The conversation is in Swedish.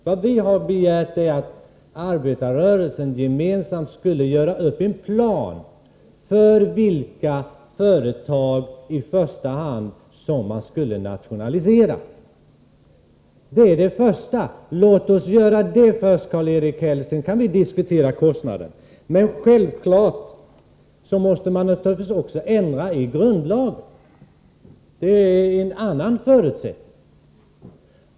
Vad vi har begärt är att arbetarrörelsen gemensamt skulle göra upp en plan för vilka företag som man i första hand skall nationalisera. Låt oss göra det först, Karl-Erik Häll! Sedan kan vi diskutera kostnaderna. Men självfallet måste man också ändra på grundlagen. Det är en annan förutsättning.